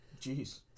Jeez